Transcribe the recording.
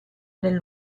nel